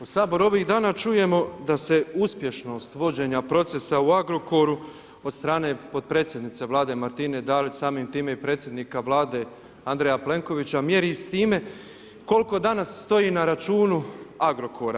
U Saboru ovih dana čujemo da se uspješnost vođenja procesa u Agrokoru od strane potpredsjednice Vlade Martine Dalić, samim time i predsjednika Vlade Andreja Plenkovića mjeri s time koliko danas stoji na računu Agrokora.